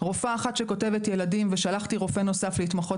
רופאה אחת שכותבת ילדים ושלחתי רופא נוסף להתמחות